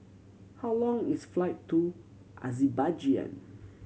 how long is flight to Azerbaijan